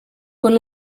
con